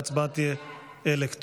ההצבעה תהיה אלקטרונית.